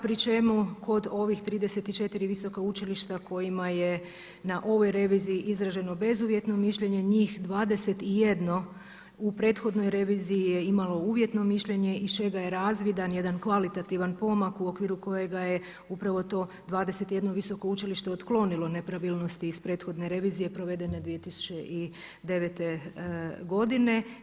Pri čemu kod ovih 34 visoka učilišta kojima je na ovoj reviziji izraženo bezuvjetno mišljenje njih 21 u prethodnoj reviziji je imalo uvjetno mišljenje iz čega je razvidan jedan kvalitativan pomak u okviru kojega je upravo to 21 visoko učilište otklonilo nepravilnosti iz prethodne revizije provedene 2009. godine.